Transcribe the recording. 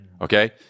Okay